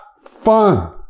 fun